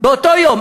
באותו יום,